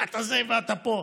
אתה זה ואתה פה.